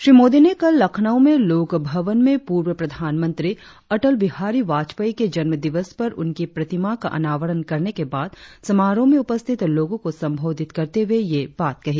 श्री मोदी ने कल लखनऊ में लोक भवन में पूर्व प्रधानमंत्री अटल बिहारी वाजपेयी के जन्मदिवस पर उनकी प्रतिमा का अनावरण करने के बाद समारोह में उपस्थित लोगों को संबोधित करते हुए यह बात कही